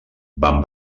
van